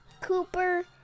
Cooper